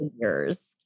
Years